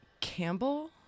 Campbell